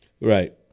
Right